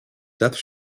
death